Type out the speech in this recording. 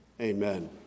Amen